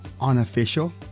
unofficial